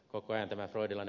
koko ääntävät laitilan